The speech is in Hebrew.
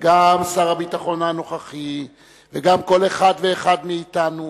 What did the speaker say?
וגם שר הביטחון הנוכחי וגם כל אחד ואחד מאתנו